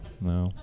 No